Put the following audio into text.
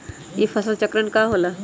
ई फसल चक्रण का होला?